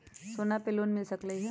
सोना से लोन मिल सकलई ह?